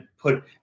put